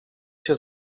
się